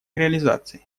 реализации